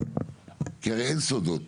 כי הרי אין סודות,